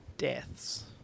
deaths